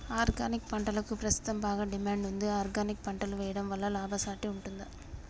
Organic పంటలకు ప్రస్తుతం బాగా డిమాండ్ ఉంది ఆర్గానిక్ పంటలు వేయడం వల్ల లాభసాటి ఉంటుందా?